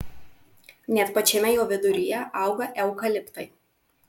net pačiame jo viduryje auga eukaliptai